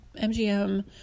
MGM